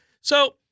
So-